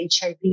HIV